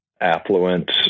affluent